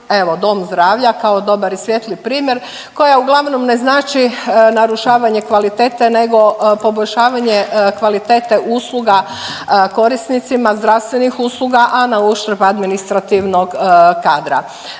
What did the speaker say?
Evo dom zdravlja kao dobar i svijetli primjer koja uglavnom ne znači narušavanje kvalitete, nego poboljšavanje kvalitete usluga korisnicima zdravstvenih usluga, a na uštrb administrativnog kadra.